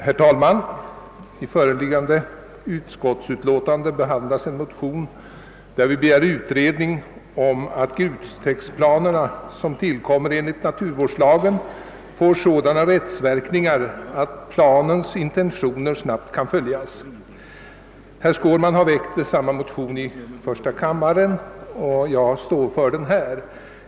Herr talman! I föreliggande utskottsutlåtande behandlas en motion där vi begär utredning om att grustäktplaner som tillkommer enligt naturvårdslagen får sådana rättsverkningar att planernas intentioner snabbt kan följas. Herr Skårman har väckt samma motion i första kammaren, och jag står för motionen här.